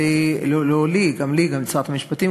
ולשרת המשפטים,